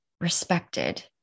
respected